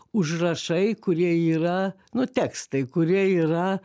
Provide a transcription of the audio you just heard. užrašai kurie yra nu tekstai kurie yra